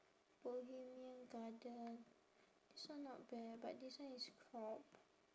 bohemian garden this one not bad but this one is crop